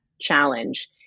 challenge